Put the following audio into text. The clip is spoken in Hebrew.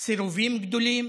סירובים גדולים